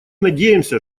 надеемся